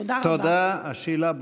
תודה רבה.